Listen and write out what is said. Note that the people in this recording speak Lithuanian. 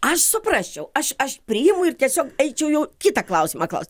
aš suprasčiau aš aš priimu ir tiesiog eičiau jau kitą klausimą klaust